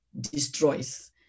destroys